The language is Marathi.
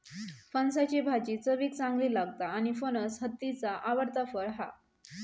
फणसाची भाजी चवीक चांगली लागता आणि फणस हत्तीचा आवडता फळ हा